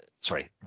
sorry